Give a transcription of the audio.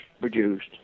produced